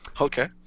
okay